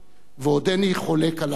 ועודני חולק עליו היום.